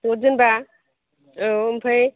दजजोनबा औ ओमफ्राय